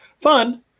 fun